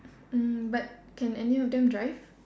mm but can any of them drive